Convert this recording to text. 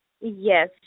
Yes